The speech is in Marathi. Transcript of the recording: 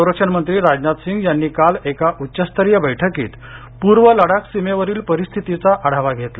संरक्षण मंत्री राजनाथसिंग यांनी काल एका उच्चस्तरीय बैठकीत पूर्व लडाख सीमेवरील परिस्थितीचा आढावा घेतला